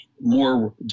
more